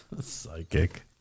Psychic